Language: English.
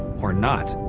or not?